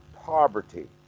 poverty